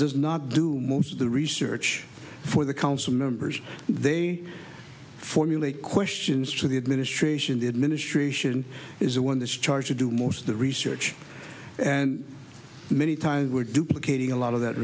does not do most of the research for the council members they formulate questions to the administration the administration is the one this charge to do most of the research and many times were duplicating a lot of that